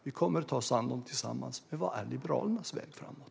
Vi kommer att ta oss an dem tillsammans. Men vad är Liberalernas väg framåt?